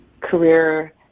career